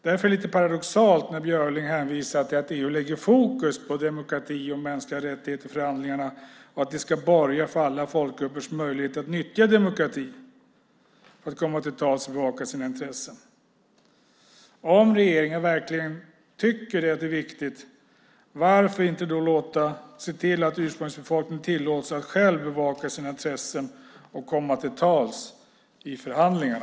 Därför är det lite paradoxalt när Björling hänvisar till att EU lägger fokus på demokrati och mänskliga rättigheter i förhandlingarna och säger att det ska borga för alla folkgruppers möjligheter att nyttja demokrati och komma till tals och bevaka sina intressen. Om regeringen verkligen tycker att det är viktigt, varför inte då se till att ursprungsbefolkningen tillåts att själv bevaka sina intressen och komma till tals i förhandlingarna?